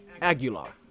Aguilar